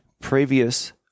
previous